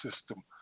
system